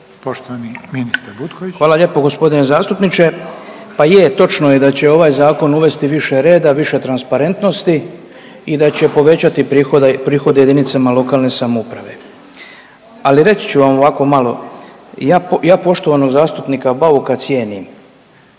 **Butković, Oleg (HDZ)** Hvala lijepo g. zastupniče, pa je točno je da će ovaj zakon uvesti više reda, više transparentnosti i da će povećati prihode, prihode JLS. Ali reći ću vam ovako malo, ja, ja poštovanog zastupnika Bauka cijenim,